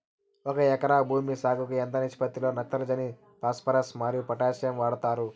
ఒక ఎకరా భూమి సాగుకు ఎంత నిష్పత్తి లో నత్రజని ఫాస్పరస్ మరియు పొటాషియం వాడుతారు